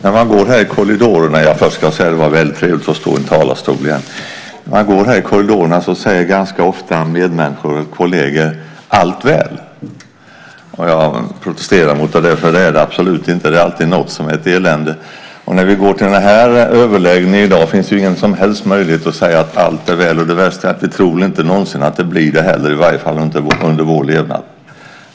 Fru talman! Först ska jag säga att det var väldigt trevligt att stå i en talarstol igen. När man går här i korridorerna säger medmänniskor och kolleger ganska ofta: allt väl. Jag protesterar mot detta, för det är det absolut inte. Det är alltid något som är ett elände. När vi går till denna överläggning i dag finns det ingen som helst möjlighet att säga att allt är väl. Det värsta är väl att vi inte tror att det någonsin blir det heller, i varje fall inte under vår levnad.